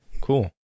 cool